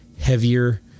heavier